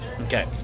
Okay